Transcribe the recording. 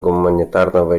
гуманитарного